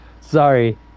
Sorry